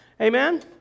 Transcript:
Amen